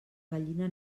gallina